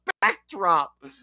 backdrop